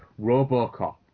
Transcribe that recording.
Robocop